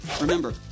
Remember